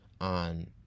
on